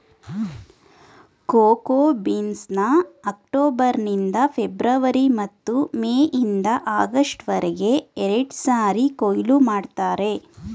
cocoa ಬೀನ್ಸ್ನ October ನಿಂದ February ಮತ್ತು ಮೇ ಇಂದ ಆಗಸ್ಟ್ ವರ್ಗೆ ಎರಡ್ಸಾರಿ ಕೊಯ್ಲು ಮಾಡ್ತರೆ